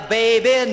baby